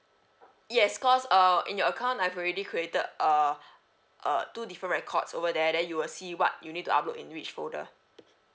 yes cause uh in your account I've already created uh uh two different records over there then you will see what you need to upload in which folder